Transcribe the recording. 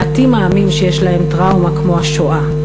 מעטים הם העמים שיש להם טראומה כמו השואה.